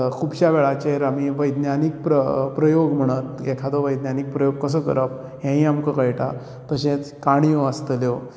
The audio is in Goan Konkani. खुबश्या वेळाचेर आमी वैज्ञानीक प्र प्रयोग म्हणून एखादी वैज्ञानीक प्रयोग कसो करप हेयी आमकां कळटा तशे काणयो आसतल्यो